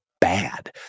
bad